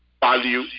value